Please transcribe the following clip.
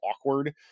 awkward